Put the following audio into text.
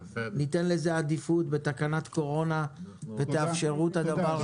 ניתן לזה עדיפות בתקנות הקורונה ותאפשרו את הדבר הזה.